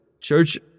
Church